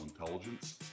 intelligence